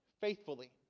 faithfully